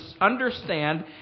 understand